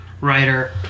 writer